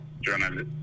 journalist